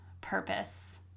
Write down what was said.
purpose